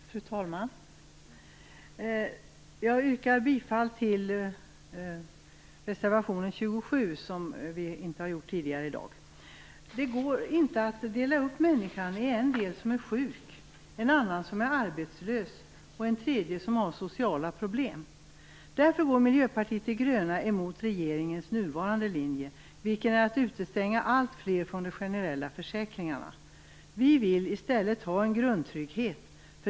Fru talman! Jag yrkar bifall till reservation 27. Det har inte blivit gjort tidigare i dag. Det går inte att dela upp människan i en del som är sjuk, en annan som är arbetslös och en tredje som har sociala problem. Därför går Miljöpartiet de gröna emot regeringens nuvarande linje som innebär att man stänger ut allt fler från de generella försäkringarna. Miljöpartiet vill i stället ha en grundtrygghet.